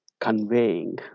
conveying